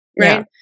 Right